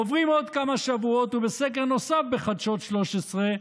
עוברים עוד כמה שבועות, ובסקר נוסף בחדשות 13,